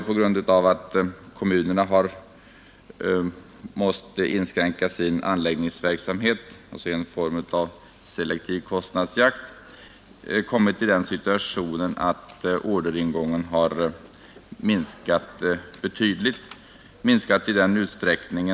På grund av att kommunerna har måst inskränka sin anläggningsverksamhet — alltså en form av selektiv kostnadsjakt — har den kommit i den situationen att orderingången har minskat i betydande utsträckning.